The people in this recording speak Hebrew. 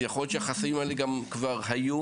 אז יכול להיות שהחסמים האלה גם כבר היו